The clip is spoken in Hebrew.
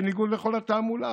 בניגוד לכל התעמולה,